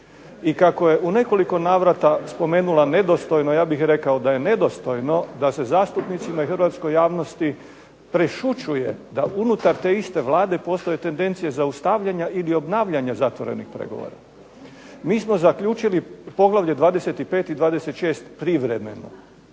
I kako je u nekoliko navrata spomenula nedostojno, ja bih rekao da je nedostojno da se zastupnicima i hrvatskoj javnosti prešućuje da unutar te iste Vlade postoje tendencije zaustavljanja ili obnavljanja zatvorenih pregovora. Mi smo zaključili poglavlje 25. i 26. privremeno.